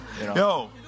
Yo